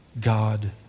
God